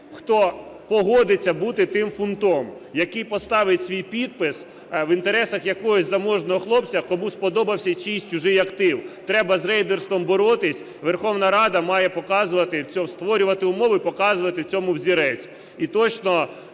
хто погодиться бути тим "фунтом", який поставить свій підпис в інтересах якогось заможного хлопця, кому сподобався чийсь чужий актив. Треба з рейдерством боротися, Верховна Рада має показувати, створювати умови, показувати цьому взірець.